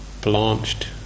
blanched